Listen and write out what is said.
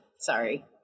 Sorry